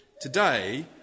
Today